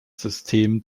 system